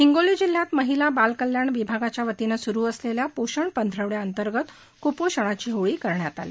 हिंगोली जिल्ह्यात महिला बाल कल्याण विभागाच्या वतीनं सुरू असलेल्या पोषण पंधरवड्या अंतर्गत क्पोषणाची होळी करण्यात आली